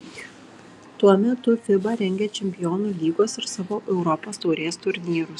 tuo metu fiba rengia čempionų lygos ir savo europos taurės turnyrus